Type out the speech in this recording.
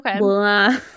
Okay